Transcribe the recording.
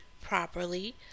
properly